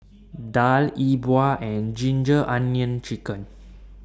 Daal E Bua and Ginger Onions Chicken